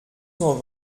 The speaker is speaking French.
cent